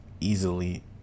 easily